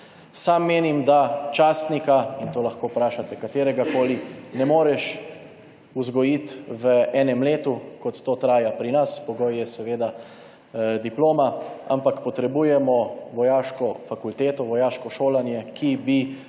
leta. Menim, da častnika, in to lahko vprašate kateregakoli, ne moreš vzgojiti v enem letu, kot to traja pri nas, pogoj je seveda diploma, ampak potrebujemo vojaško fakulteto, vojaško šolanje, ki bi